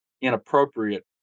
inappropriate